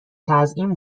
تزیین